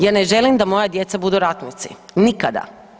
Ja ne želim da moja djeca budu ratnici, nikada.